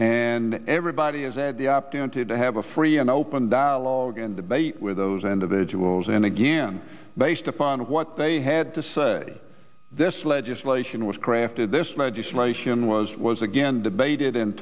and everybody has a had the opportunity to have a free and open dialogue and debate with those individuals and again based upon what they had to say this legislation was crafted this medicine ration was was again debated in